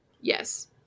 Yes